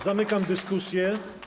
Zamykam dyskusję.